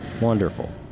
Wonderful